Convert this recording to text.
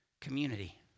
community